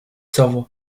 savoie